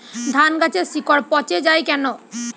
ধানগাছের শিকড় পচে য়ায় কেন?